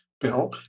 Bill